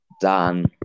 done